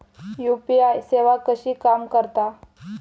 UPI सेवा कशी काम करता?